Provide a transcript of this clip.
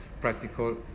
practical